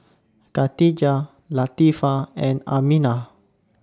Katijah Latifa and Aminah